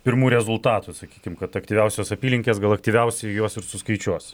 pirmų rezultatų sakykim kad aktyviausios apylinkės gal aktyviausiai juos ir suskaičiuos